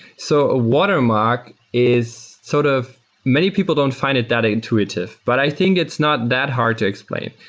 so a watermark is sort of many people don't fi nd it that intuitive, but i think it's not that hard to explain.